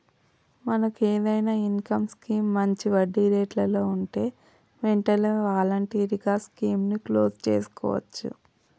మనకు ఏదైనా income scheme మంచి వడ్డీ రేట్లలో ఉంటే వెంటనే వాలంటరీగా స్కీమ్ ని క్లోజ్ సేసుకోవచ్చు